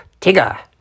Tigger